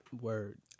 Word